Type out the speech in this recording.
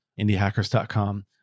IndieHackers.com